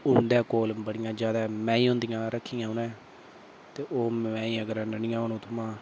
उं'दे कोल बड़ी ज्यादा मैंही होंदियां रक्खी दी उ'नें